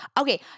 Okay